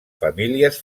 famílies